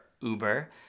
Uber